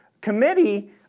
committee